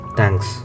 Thanks